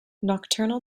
nocturnal